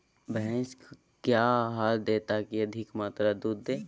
भैंस क्या आहार दे ताकि अधिक मात्रा दूध दे?